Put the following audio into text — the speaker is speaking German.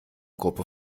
gruppe